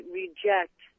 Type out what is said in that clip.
reject